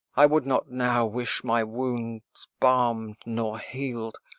i would not now wish my wounds balm'd nor heal'd,